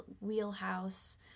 wheelhouse